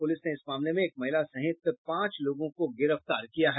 police ने इस मामले में एक महिला सहित पांच लोगों को गिरफ्तार किया है